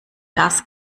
das